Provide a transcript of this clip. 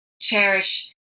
cherish